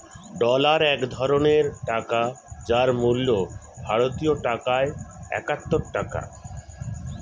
dollar এক ধরনের টাকা যার মূল্য ভারতীয় টাকায় একাত্তর টাকা